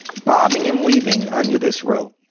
bobbing and weaving under this rope.